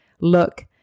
look